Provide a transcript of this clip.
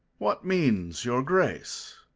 what means your grace?